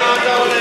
למה זה הולך?